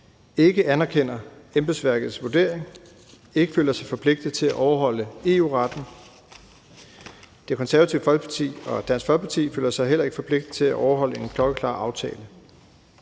ikke anerkender embedsværkets vurdering og ikke føler sig forpligtet til at overholde EU-retten, og at Det Konservative Folkeparti og Dansk Folkeparti heller ikke føler sig forpligtet til at overholde en klokkeklar aftale.